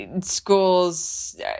schools